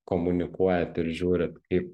komunikuojat ir žiūrit kaip